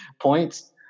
points